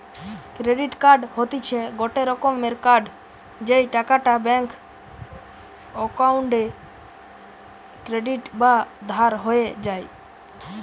credit card হতিছে গটে রকমের কার্ড যেই টাকাটা ব্যাঙ্ক অক্কোউন্টে ক্রেডিট বা ধার হয়ে যায়